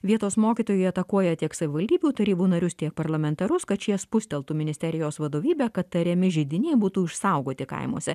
vietos mokytojai atakuoja tiek savivaldybių tarybų narius tiek parlamentarus kad šie spusteltų ministerijos vadovybę kad tariami židiniai būtų išsaugoti kaimuose